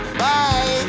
bye